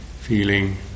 feeling